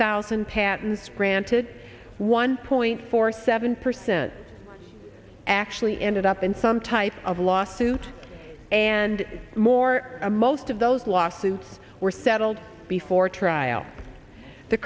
thousand patents granted one point four seven percent actually ended up in some type of lawsuit and more a most of those lawsuits were settled before trial the